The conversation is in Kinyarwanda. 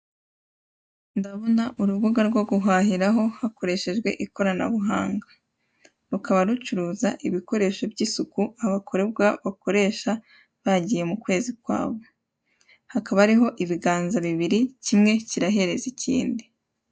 Ndabona urubuga rwo guhahiraho hakoreshejwe ikoranabuhanga, rukaba rucuruza ibikoresho by'isuku abakobwa bakoresha bagiye mu kwezi kwabo, hakaba hariho ibiganza bibiri, kimwe kirahereza ikindi.